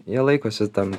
jie laikosi tam